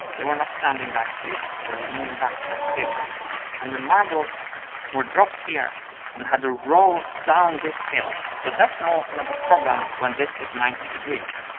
they were not standing like this, they were leaning back like this and the marbles were dropped here and had to roll down this hill. so that's no not a problem when this is ninety degrees,